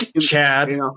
Chad